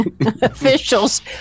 Officials